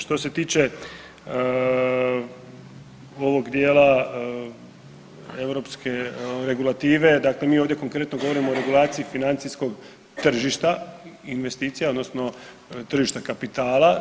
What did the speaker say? Što se tiče ovog dijela europske regulative, dakle mi ovdje konkretno govorimo o regulaciji financijskog tržišta investicija odnosno tržišta kapitala.